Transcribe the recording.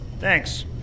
Thanks